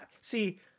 See